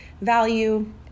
value